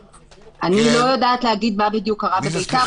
אני לא יודעת להגיד מה בדיוק קרה בביתר